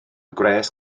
gwres